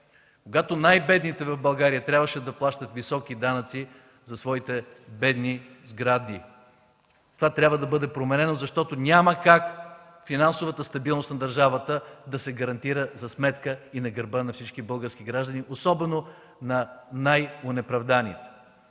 когато най-бедните в България трябваше да плащат високи данъци за своите бедни сгради. Това трябва да бъде променено, защото няма как финансовата стабилност на държавата да се гарантира за сметка и на гърба на всички български граждани, особено на най-неоправданите.